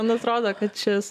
man atrodo kad šis